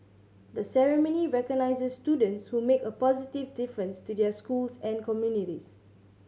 the ceremony recognises students who make a positive difference to their schools and communities